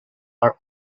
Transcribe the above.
are